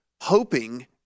hoping